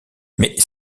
mais